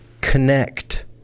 connect